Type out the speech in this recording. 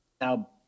now